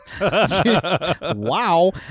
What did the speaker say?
wow